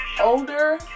older